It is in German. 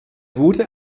wurde